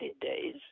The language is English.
days